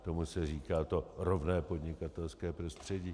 Tomu se říká rovné podnikatelské prostředí.